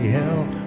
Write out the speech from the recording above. help